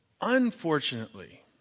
Unfortunately